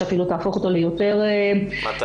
שאפילו תהפוך אותו ליותר מדויק,